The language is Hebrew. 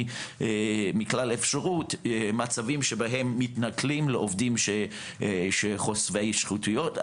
מכלל אפשרות מצבים שבהם מתנכלים לעובדים חושפי שחיתויות.